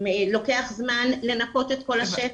לוקח זמן לנקות את כל השטח,